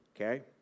Okay